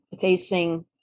facing